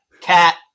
cat